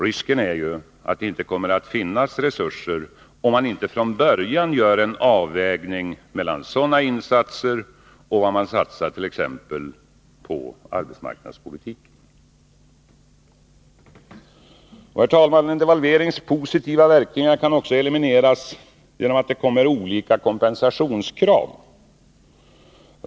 Risken är att det inte kommer att finnas resurser om man inte från början gör en avvägning mellan sådana insatser och vad man satsar på t.ex. arbetsmarknadspolitik. Herr talman! En devalverings positiva verkningar kan också elimineras genom att det kommer olika kompensationskrav.